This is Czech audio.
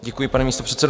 Děkuji, pane místopředsedo.